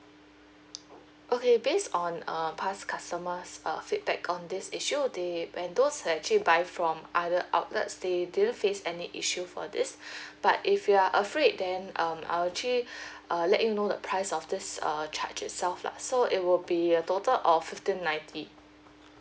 okay based on um pass customers err feedback on this issue they when those were actually buy from other outlet they didn't face any issue for this but if you are afraid then um I'll actually err let you know the price of this err charge itself lah so it will be a total of fifteen ninety